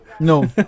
No